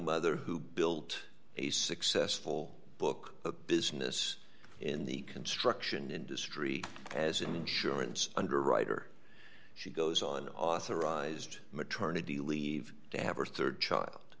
mother who built a successful book business in the construction industry as an insurance underwriter she goes on authorized maternity leave to have her rd child